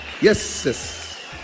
yes